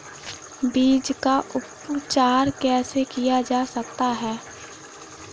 बीज का उपचार कैसे किया जा सकता है?